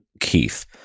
Keith